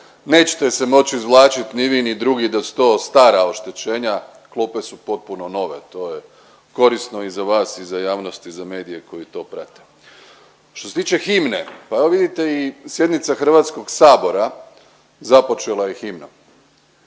nećete se moć izvlačit ni vi ni drugi da su to stara oštećenja. Klupe su potpuno nove, to je korisno i za vas i za javnost i za medije koji to prate. Što se tiče himne? Pa evo vidite i sjednica HS-a započela je himnom.